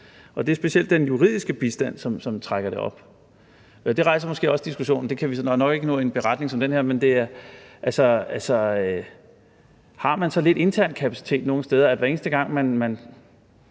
Det er specielt den juridiske bistand, som trækker det op. Det rejser måske også en diskussion om – det kan vi nok ikke nå i en beretning som den her – om man har så lidt intern kapacitet nogle steder, at hver eneste gang man